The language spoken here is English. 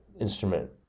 instrument